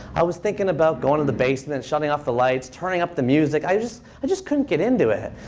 i was thinking about going to the basement and shutting off the lights, turning up the music. i just and just couldn't get into it.